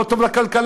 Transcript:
לא טוב לכלכלה,